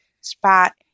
spot